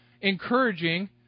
encouraging